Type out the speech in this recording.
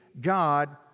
God